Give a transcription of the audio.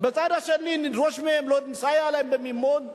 מצד שני נדרוש מהן ולא נסייע להן במימון,